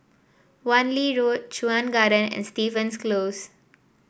Wan Lee Road Chuan Garden and Stevens Close